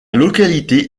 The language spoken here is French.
localité